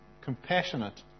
compassionate